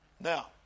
Now